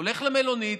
הולך למלונית